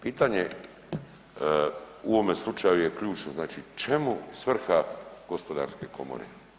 Pitanje u ovome slučaju je ključno znači čemu svrha gospodarske komore.